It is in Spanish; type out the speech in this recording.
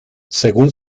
según